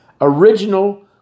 original